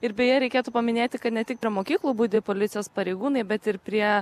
ir beje reikėtų paminėti kad ne tik prie mokyklų policijos pareigūnai bet ir prie